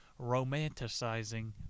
Romanticizing